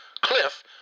Cliff